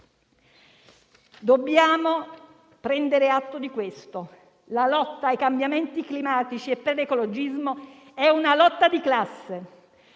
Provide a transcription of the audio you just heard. Dobbiamo prendere atto di questo: quella ai cambiamenti climatici e per l'ecologismo è una lotta di classe.